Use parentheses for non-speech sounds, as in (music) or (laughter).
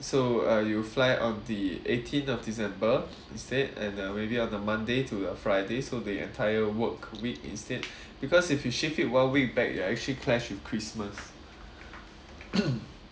so uh you'll fly on the eighteenth of december instead and uh maybe on a monday to a friday so the entire work week instead because if you shift it one week back it actually clashed with christmas (noise)